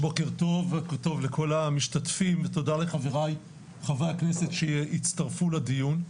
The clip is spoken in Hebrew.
בוקר טוב לכל המשתתפים ותודה לחבריי חברי הכנסת שהצטרפו לדיון.